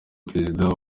perezidansi